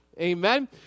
Amen